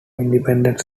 independent